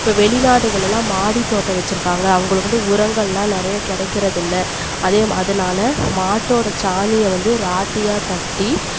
இப்போ வெளிநாடுகளிலாம் மாடித்தோட்டம் வச்சுருக்காங்க அவங்களுக்கு வந்து உரங்கள்லாம் நிறைய கிடைக்கறதுல்ல அதே அதனால் மாட்டோடய சாணியை வந்து வராட்டியா தட்டி